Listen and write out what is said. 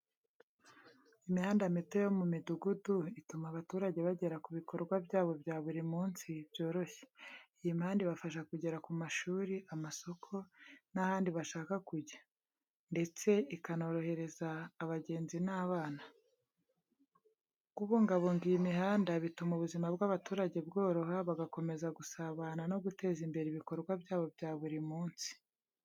Imihanda mito yo mu midugudu, ituma abaturage bagera ku bikorwa byabo bya buri munsi byoroshye. Iyi mihanda ibafasha kugera ku mashuri, amasoko n’ahandi bashaka kujya, ndetse ikanoroheza abagenzi n’abana. Kubungabunga iyi mihanda bituma ubuzima bw’abaturage bworoha, bagakomeza gusabana no guteza imbere ibikorwa byabo bya buri munsi.